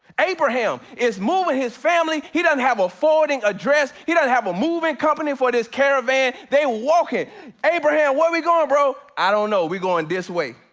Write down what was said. abraham, is moving his family. he doesn't have a forwarding address. he doesn't have a moving company for this caravan. they're walking. abraham, where are we going, bro? i don't know we're going this way.